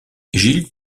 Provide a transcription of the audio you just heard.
gilles